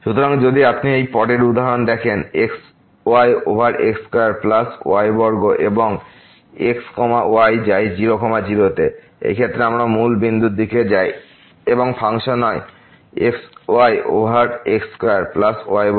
সুতরাং যদি আপনি এই পরের উদাহরণ দেখেন xy over x square plus y বর্গ এবং x y যায় 0 0তে এই ক্ষেত্রে আমরা মূল বিন্দুর দিকে যায় এবং ফাংশন হয় xy over x square plus y বর্গ